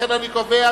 חוק ומשפט נתקבלה.